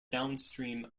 downstream